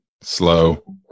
Slow